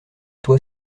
toi